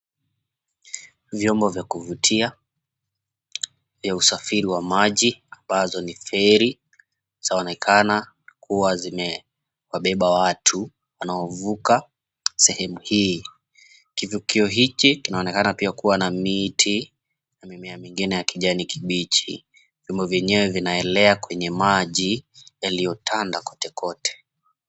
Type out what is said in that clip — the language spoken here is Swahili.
Vyombo vya kuvutia vya usafiri wa maji ambazo ni feri zaonekana kuwa zimewabeba watu wanaovuka sehemu hii. Kivukio hichi kinaonekana pia kuwa na miti na mimea mingine ya kijani kibichi. Vyombo vyenyewe vinaelea kwenye maji yaliyotanda kote kote.